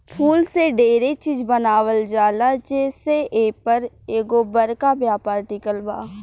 फूल से डेरे चिज बनावल जाला जे से एपर एगो बरका व्यापार टिकल बा